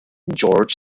george